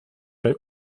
bei